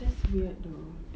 that's weird though